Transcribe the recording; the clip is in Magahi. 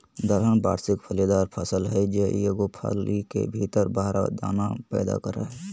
दलहन वार्षिक फलीदार फसल हइ जे एगो फली के भीतर बारह दाना पैदा करेय हइ